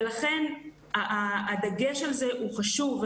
לכן הדגש על זה הוא חשוב.